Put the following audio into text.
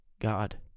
God